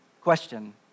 Question